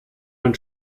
man